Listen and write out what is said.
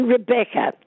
Rebecca